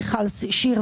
מיכל שיר,